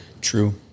True